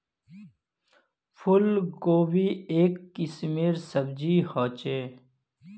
फूल कोबी एक किस्मेर सब्जी ह छे